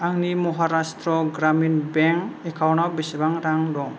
आंनि महाराष्ट्र ग्रामिन बेंक एकाउन्टाव बेसेबां रां दं